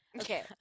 Okay